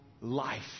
life